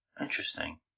Interesting